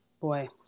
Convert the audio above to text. boy